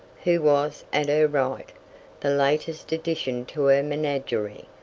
who was at her right the latest addition to her menagerie.